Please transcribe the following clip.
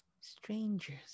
strangers